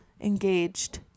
engaged